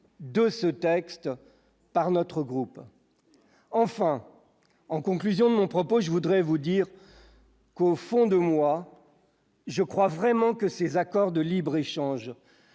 de ce texte par notre groupe, enfin en conclusion mon propos, je voudrais vous dire qu'au fond de moi. Je crois vraiment que ces accords de libre-échange